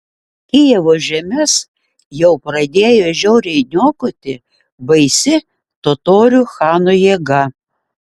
kijevo žemes jau pradėjo žiauriai niokoti baisi totorių chano jėga